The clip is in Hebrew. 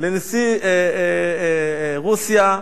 לנשיא רוסיה.